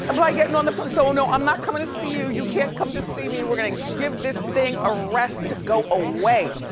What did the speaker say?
ah by gettin' on the, so no, i'm not comin' to see you, you can't come to see me, we're gonna give this thing a rest to go away.